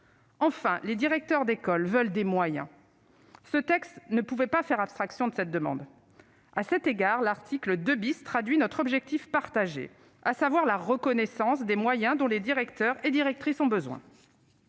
Enfin, les directeurs d'école veulent des moyens ; il était inenvisageable de faire abstraction de cette demande. À cet égard, l'article 2 traduit la satisfaction de notre objectif partagé, à savoir la reconnaissance des moyens dont les directeurs et directrices ont besoin.